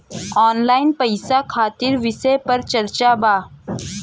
Online पैसा खातिर विषय पर चर्चा वा?